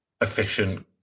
efficient